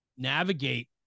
navigate